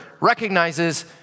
recognizes